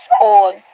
old